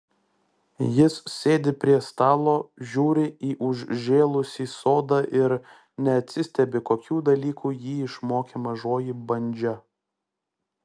jis sėdi prie stalo žiūri į užžėlusį sodą ir neatsistebi kokių dalykų jį išmokė mažoji bandža